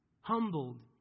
Humbled